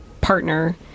partner